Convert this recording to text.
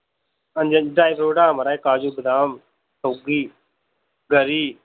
हांजी हांजी dry fruit हां माराज काजू बदाम सौंगी गरी